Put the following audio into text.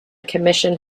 commission